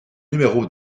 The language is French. numéro